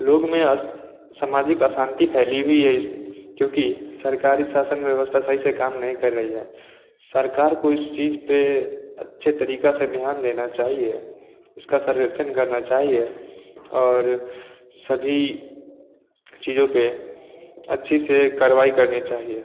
लोग में सामाजिक अशांति फैली हुई है इस क्योंकि सरकारी शासन व्यवस्था सही से काम नहीं कर रही है सरकार को इस चीज़ पर अच्छे तरीका से ध्यान देना चाहिए इसका सर्वेक्षण करना चाहिए और सभी चीज़ों पर अच्छे से कार्रवाई करनी चाहिए